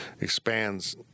expands